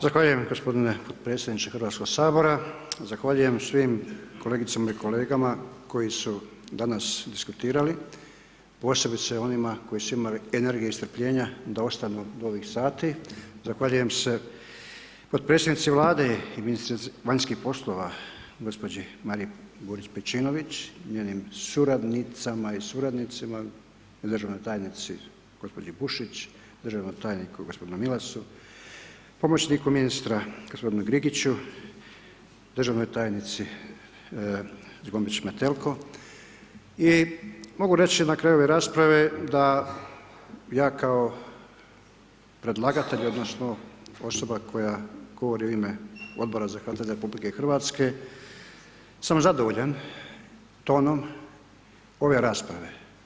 Zahvaljujem gospodine potpredsjedniče HS-a, zahvaljujem svim kolegicama i kolegama koji su danas diskutirali, posebice onima koji su imali energije i strpljenja da ostanu do ovih sati, zahvaljujem se potpredsjednici Vlade i ministrici vanjskih poslova, gospođi Mariji Burić Pejčinović i njenih suradnicama i suradnicima i državnoj tajnici gospođi Bušić, državnom tajniku gospodinu Milasu, pomoćniku ministra gospodinu Grigiću, državnoj tajnici Zgombić Metelko i mogu reći na kraju ove rasprave da ja kao predlagatelj odnosno osoba koja govori u ime Odbora… [[Govornik se ne razumije]] RH sam zadovoljan tonom ove rasprave.